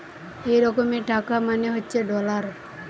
এক রকমের টাকা মানে হচ্ছে ডলার